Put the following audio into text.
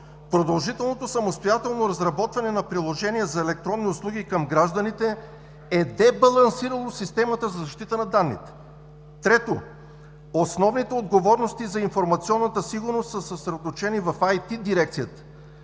Продължителното самостоятелно разработване на приложения за електронни услуги към гражданите е дебалансирало системата за защита на данните. 3. Основните отговорности за информационната сигурност са съсредоточени в ИТ дирекцията.